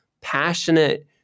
passionate